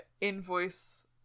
invoice